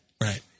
Right